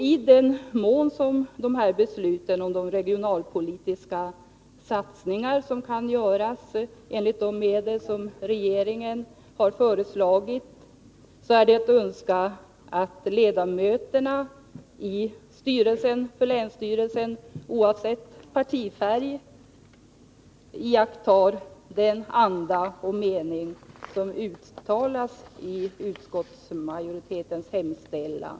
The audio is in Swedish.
I den mån som dessa beslut om de regionalpolitiska satsningar som kan göras, enligt de medel som regeringen har föreslagit, är det att önska att ledamöterna i styrelsen för länsstyrelsen, oavsett partifärg, iakttar den anda och mening som uttalas i utskottsmajoritetens hemställan.